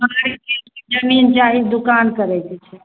हँ हाइबेके जमीन चाही दुकान करैके छै